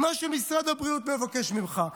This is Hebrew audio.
מה שמשרד הבריאות מבקש ממך,